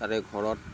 তাৰে ঘৰত